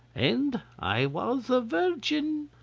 and i was a virgin!